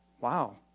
Wow